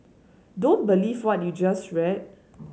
don't believe what you just read